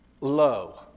Low